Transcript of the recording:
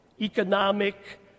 economic